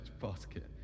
basket